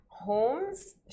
homes